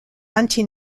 anti